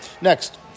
Next